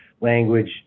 language